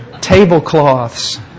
tablecloths